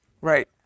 right